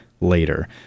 later